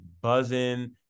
buzzing